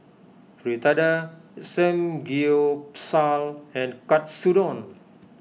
Fritada Samgyeopsal and Katsudon